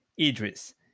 Idris